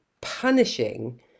punishing